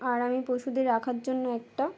আর আমি পশুদের রাখার জন্য একটা